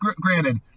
granted